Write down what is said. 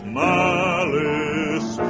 malice